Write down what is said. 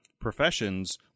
professions